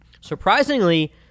Surprisingly